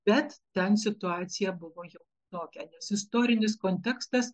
bet ten situacija buvo jau kitokia tas istolinis kontekstas